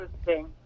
interesting